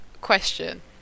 question